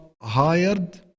Hired